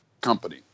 company